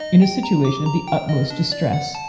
in a situation of the utmost distress,